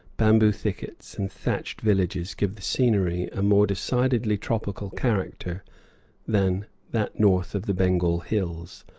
bamboo thickets, and thatched villages give the scenery a more decidedly tropical character than that north of the bengal hills.